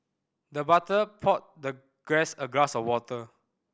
the butler poured the guest a glass of water